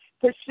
Pursue